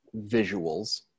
visuals